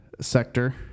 sector